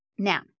Now